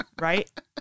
Right